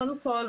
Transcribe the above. קודם כל,